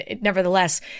nevertheless